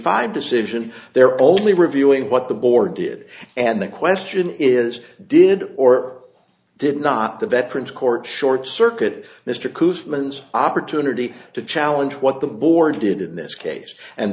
five decision they're only reviewing what the board did and the question is did or did not the veterans court short circuit mr koosman zx opportunity to challenge what the board did in this case and